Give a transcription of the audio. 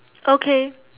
okay